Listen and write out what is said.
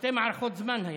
שתי מערכות זמן היו.